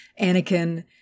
Anakin